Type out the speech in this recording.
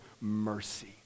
mercy